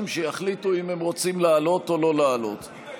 שיחליטו אם הם רוצים לעלות או לא לעלות.